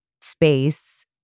Space